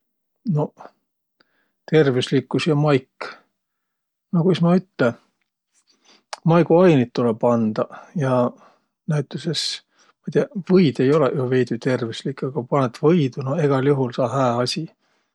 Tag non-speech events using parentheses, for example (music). Noq, tervüslikkus ja maik? No kuis ma ütle? (noise) Maiguainit tulõ pandaq. Ja, ma'i tiiäq, võid ei olõq jo veidüqtervüslik. A ku panõt võidu, no egäl juhul saa hää asi.